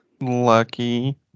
Lucky